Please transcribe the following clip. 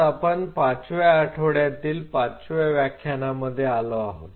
आज आपण पाचव्या आठवड्यातील पाचव्या व्याख्यानांमध्ये आलो आहोत